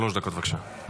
שלוש דקות, בבקשה.